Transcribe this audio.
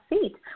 seat